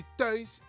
thuis